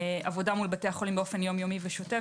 עבודה מול בתי החולים באופן יום-יומי ושוטף